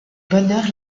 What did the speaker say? bonheur